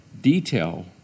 detail